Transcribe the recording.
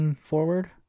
forward